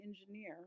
engineer